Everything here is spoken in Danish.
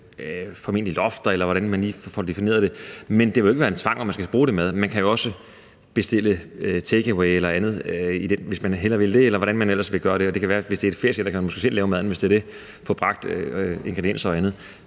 nogle prislofter, eller hvordan man lige får det defineret, men det vil ikke være en tvang, om man skal bruge det tilbud. Man kan jo også bestille takeaway eller andet, hvis man hellere vil det, eller hvordan man foretrækker det, og hvis det er et feriecenter, kan man måske selv lave maden og så få bragt ingredienser og andet.